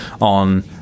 on